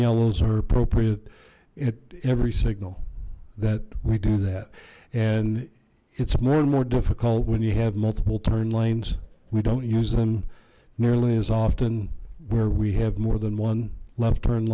yellows are appropriate at every signal that we do that and it's more and more difficult when you have multiple turn lanes we don't use them nearly as often where we have more than one left turn